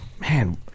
Man